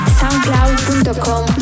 soundcloud.com